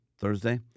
Thursday